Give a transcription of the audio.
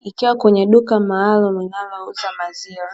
ikiwa kwenye duka maalumu linalouza maziwa.